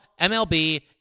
mlb